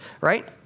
right